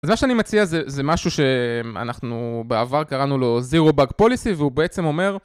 אז מה שאני מציע זה, זה משהו שאנחנו בעבר קראנו לו Zero-Bug Policy והוא בעצם אומר